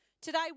Today